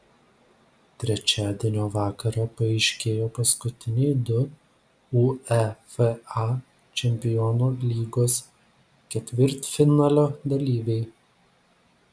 trečiadienio vakarą paaiškėjo paskutiniai du uefa čempionų lygos ketvirtfinalio dalyviai